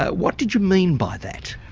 what did you mean by that?